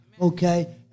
Okay